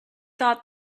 thought